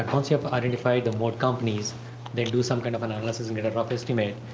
ah once you have identified the moat companies then do some kind of analysis and get a rough estimate,